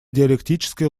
диалектической